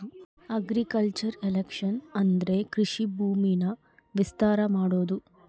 agriculture expansion ಅಂದ್ರೆ ಕೃಷಿ ಭೂಮಿನ ವಿಸ್ತಾರ ಮಾಡೋದು